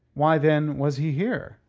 why, then, was he here?